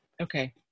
okay